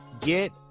get